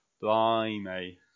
blimey